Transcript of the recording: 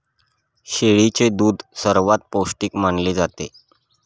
शेळीचे दूध सर्वात पौष्टिक मानले जाते